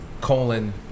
colon